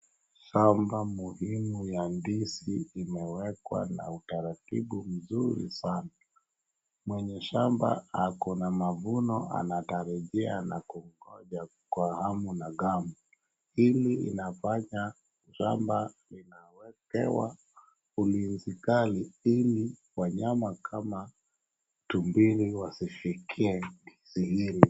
Shamba muhimu ya ndizi imewekwa na utaratibu mzuri sana. Mwenye shamba ako na mavuno, anatarajia na kungoja kwa hamu na ghamu, hili linafanya shamba linapewa ulinzi kali ili wanyama kama tumbili wasifikie ndizi hili.